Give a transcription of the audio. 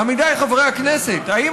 עמיתיי חברי הכנסת, האם